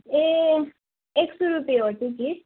ए एक सय रुपियाँ हो त्यो चाहिँ